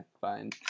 fine